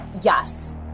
yes